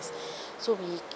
so we